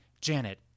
Janet